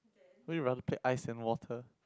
when you round to play ice and water